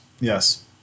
Yes